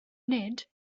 nid